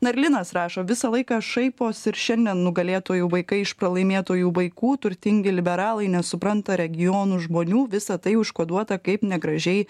na ir linas rašo visą laiką šaiposi ir šiandien nugalėtojų vaikai iš pralaimėtojų vaikų turtingi liberalai nesupranta regionų žmonių visa tai užkoduota kaip negražiai